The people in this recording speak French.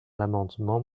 l’amendement